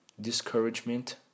discouragement